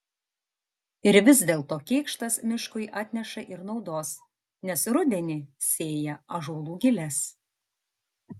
ir vis dėlto kėkštas miškui atneša ir naudos nes rudenį sėja ąžuolų giles